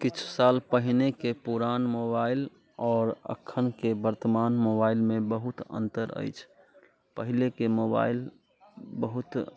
किछु साल पहिनेके पुरान मोबाइल आओर अखनके वर्तमान मोबाइलमे बहुत अंतर अछि पहिलेके मोबाइल बहुत